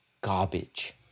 garbage